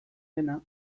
dena